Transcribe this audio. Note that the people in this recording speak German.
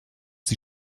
sie